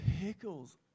pickles